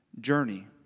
journey